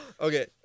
Okay